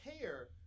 care